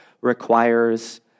requires